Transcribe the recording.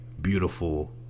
beautiful